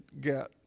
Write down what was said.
get